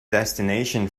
destination